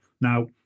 Now